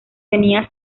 tenía